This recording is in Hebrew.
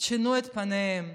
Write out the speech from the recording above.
שינו את פניהם.